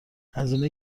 هزینه